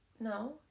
No